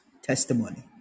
testimony